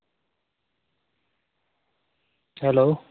hello